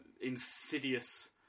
insidious